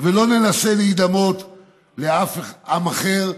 ולא ננסה להידמות לאף עם אחר,